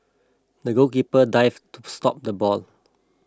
the goalkeeper dived to stop the ball